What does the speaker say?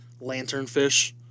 Lanternfish